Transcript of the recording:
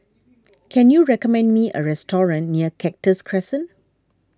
can you recommend me a restaurant near Cactus Crescent